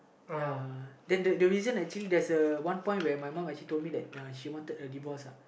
ya then the the reason actually there's a one point where my mum actually told me that she wanted a divorce uh